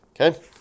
Okay